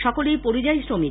সকলেই পরিযায়ী শ্রমিক